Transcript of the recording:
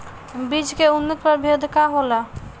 बीज के उन्नत प्रभेद का होला?